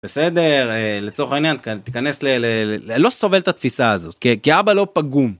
בסדר, לצורך העניין. תיכנס, לא סובל את התפיסה הזאת. כי אבא לא פגום.